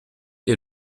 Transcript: est